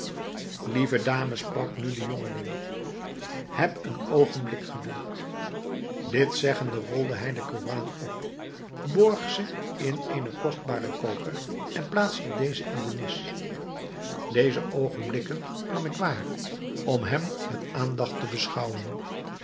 lieve dame sprak nu den jongeling heb een oogenblik geduld dit zeggende rolde hij den koran op borg ze in eenen kostbaren koker en plaatste dezen in de nis deze oogenblikken nam ik waar om hem met aandacht te beschouwen